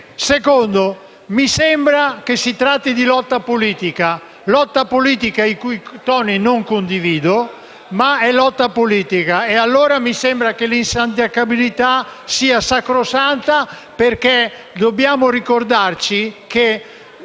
luogo, mi sembra che qui si tratti di lotta politica, una lotta politica i cui toni non condivido. Ma è lotta politica e, allora, mi sembra che l'insindacabilità sia sacrosanta. Dobbiamo ricordare,